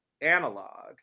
analog